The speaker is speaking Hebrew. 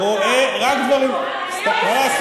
רואה רק דברים, איזה